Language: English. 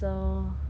shall we end it here